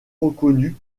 reconnu